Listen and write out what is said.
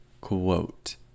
quote